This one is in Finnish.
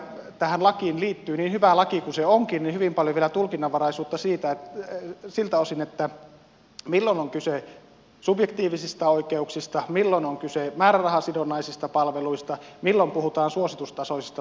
tähän lakiin liittyy niin hyvä laki kuin se onkin hyvin paljon vielä tulkinnanvaraisuutta siltä osin milloin on kyse subjektiivisista oikeuksista milloin on kyse määrärahasidonnaisista palveluista milloin puhutaan suositustasoisista palveluista ja niin edelleen